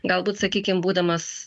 galbūt sakykim būdamas